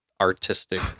artistic